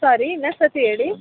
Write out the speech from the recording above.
sorry ಇನ್ನೊಂದು ಸರ್ತಿ ಹೇಳಿ